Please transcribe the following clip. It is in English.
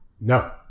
No